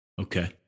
Okay